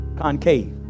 concave